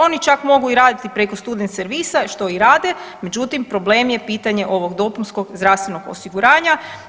Oni čak mogu i raditi preko student servisa što i rade, međutim problem je pitanje ovog dopunskog zdravstvenog osiguranja.